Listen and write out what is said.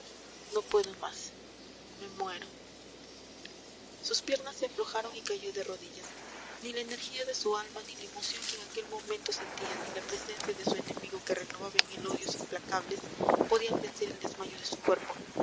no puedo más me muero sus piernas se aflojaron y cayó de rodillas ni la energía de su alma ni la emoción que en aquel momento sentía ni la presencia de su enemigo que renovaba en él odios implacables podían vencer el desmayo de su cuerpo